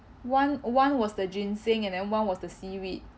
one one was the ginseng and then one was the seaweed